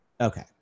Okay